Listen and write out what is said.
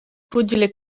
pugile